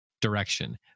direction